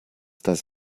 das